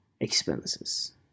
expenses